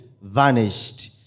vanished